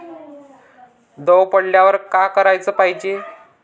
दव पडल्यावर का कराच पायजे?